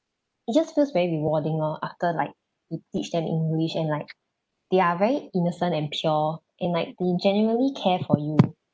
it just feels very rewarding orh after like we teach them english and like they are very innocent and pure and like they genuinely care for you